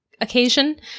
occasion